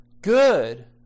good